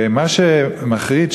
מה שמחריד,